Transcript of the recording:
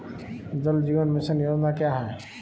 जल जीवन मिशन योजना क्या है?